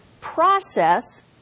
process